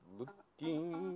looking